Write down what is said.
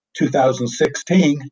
2016